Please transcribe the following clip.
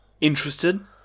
interested